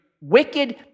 wicked